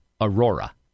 Aurora